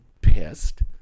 pissed